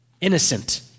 innocent